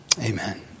amen